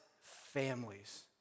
families